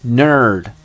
nerd